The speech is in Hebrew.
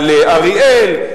על אריאל,